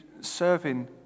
serving